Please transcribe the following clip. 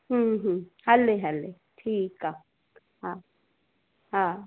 हम्म हले हले ठीकु आहे हा हा